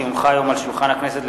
כי הונחה היום על שולחן הכנסת,